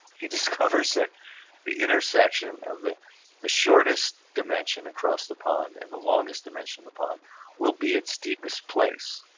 he discovers that the intersection of the the shortest dimension across the pond and the longest dimension across the pond will be its deepest place.